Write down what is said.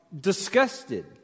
disgusted